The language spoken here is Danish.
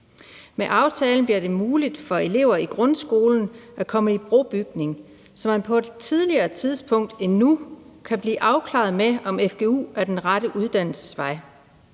Med aftalen bliver det muligt for elever i grundskolen at komme i brobygning, så man på et tidligere tidspunkt end nu kan blive afklaret, med hensyn til om fgu er den rette uddannelsesvej.